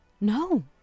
No